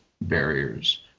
barriers